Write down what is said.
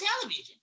television